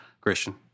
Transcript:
Christian